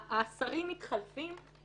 השרים מתחלפים,